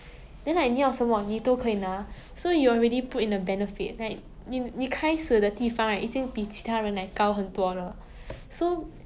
so 他们的 starting point is already very different so like what you say lah the kind of drama we watch right it's really like how many cases do you see in real life 这样子